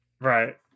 right